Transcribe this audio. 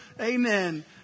Amen